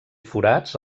forats